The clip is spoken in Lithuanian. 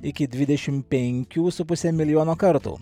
iki dvidešimt penkių su puse milijono kartų